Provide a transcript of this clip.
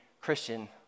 Christian